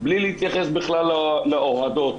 בלי להתייחס בכלל לאוהדות.